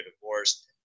divorce